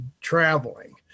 traveling